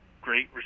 great